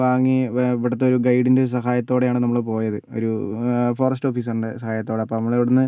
വാങ്ങി ഇവിടുത്തെ ഒരു ഗൈഡിൻ്റെ സഹായത്തോടെയാണ് നമ്മള് പോയത് ഒരു ഫോറസ്റ്റ് ഓഫീസറിൻ്റെ സഹായത്തോടെ അപ്പം നമ്മളിവിടുന്ന്